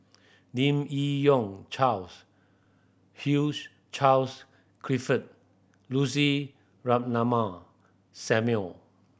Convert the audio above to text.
Lim Yi Yong Charles Hugh Charles Clifford Lucy Ratnammah Samuel